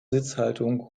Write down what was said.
sitzhaltung